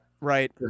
right